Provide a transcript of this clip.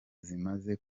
zimaze